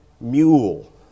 mule